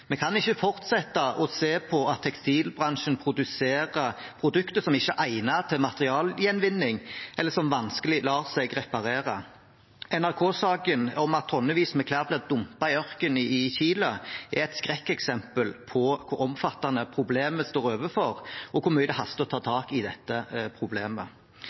Vi kan ikke fortsette å se på at tekstilbransjen produserer produkter som ikke er egnet til materialgjenvinning, eller som vanskelig lar seg reparere. NRK-saken om at tonnevis med klær blir dumpet i en ørken i Chile er et skrekkeksempel på hvilket omfattende problem vi står overfor, og hvor mye det haster med å ta tak i dette problemet.